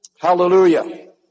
Hallelujah